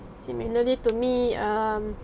similarly to me um